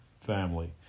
family